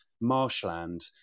marshland